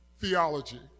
theology